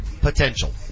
potential